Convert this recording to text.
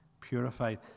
purified